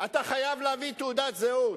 אתה חייב להביא תעודת זהות.